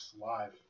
Live